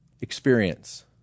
experience